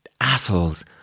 assholes